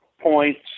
points